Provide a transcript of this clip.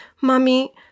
mummy